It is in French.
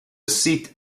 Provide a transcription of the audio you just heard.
site